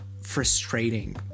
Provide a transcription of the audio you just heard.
frustrating